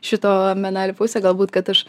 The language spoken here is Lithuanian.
šito medalio pusė galbūt kad aš